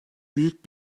büyük